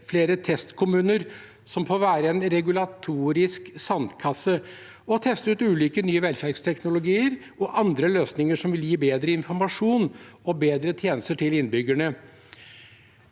flere testkommuner som får være en regulatorisk sandkasse og teste ut ulike nye velferdsteknologier og andre løsninger som vil gi bedre informasjon og bedre tjenester til innbyggerne.